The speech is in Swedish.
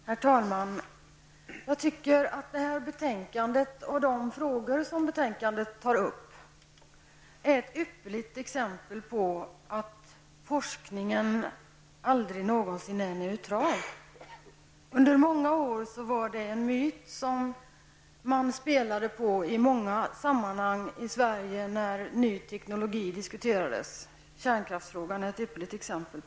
Herr talman! Detta betänkande och de frågor som där tas upp är ett ypperligt exempel på att forskningwn aldrig någonsin är neutral. Under många år har dock myten att forskning för neutral gällt i många sammanhang i diskussionen om ny teknik. Kärnkraftsfrågan är ett bra exempel.